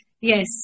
Yes